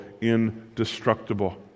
indestructible